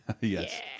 yes